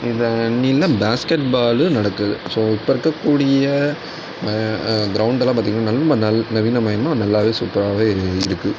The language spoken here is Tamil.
இந்த பேஸ்க்கட் பாலு நடக்குது ஸோ இப்போ இருக்க கூடிய கிரவுண்டை எல்லாம் பார்த்திங்கன்னா ரொம்ப நல்லா நவீன மயமாக நல்லா சூப்பராகவே இருக்கு